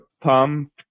pump